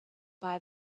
buy